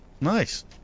Nice